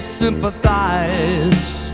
sympathize